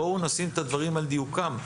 בואו נשים את הדברים על דיוקם.